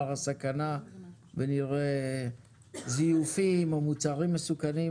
הסכנה ונראה זיופים או מוצרים מסוכנים,